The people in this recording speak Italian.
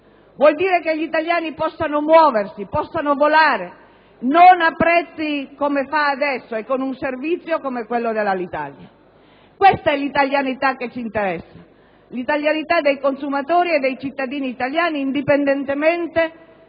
vuol dire che gli italiani devono potersi muovere e devono poter volare non ai prezzi attuali e con un servizio come quello dell'Alitalia. Questa è l'italianità che ci interessa. L'italianità dei consumatori e dei cittadini italiani, indipendentemente